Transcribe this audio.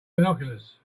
binoculars